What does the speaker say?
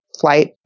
flight